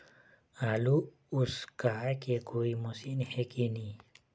आलू उसकाय के कोई मशीन हे कि नी?